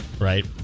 right